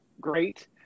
great